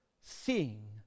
seeing